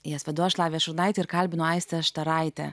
jas vanduo šlavė šurnaitė ir kalbino aistė štaraitė